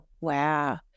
Wow